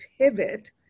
pivot